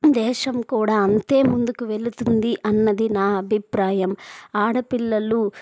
దేశం కూడా అంతే ముందుకు వెళ్తుంది అన్నది నా అభిప్రాయం ఆడపిల్లలు